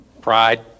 Pride